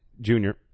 junior